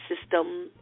system